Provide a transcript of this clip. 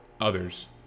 others